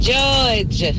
George